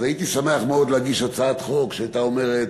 אז הייתי שמח מאוד להגיש הצעת חוק שהייתה אומרת